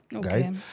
guys